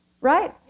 right